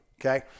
Okay